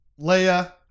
leia